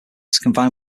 combined